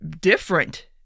different